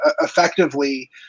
effectively